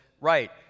right